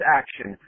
action